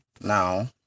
Now